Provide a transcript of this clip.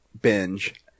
binge